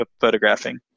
photographing